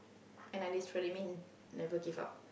and like it's really mean never give up